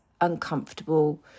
uncomfortable